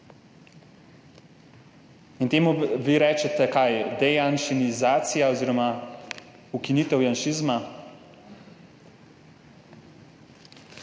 In temu vi rečete dejanšizacija oziroma ukinitev janšizma.